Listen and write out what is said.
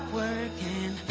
working